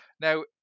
Now